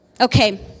Okay